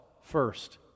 first